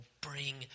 bring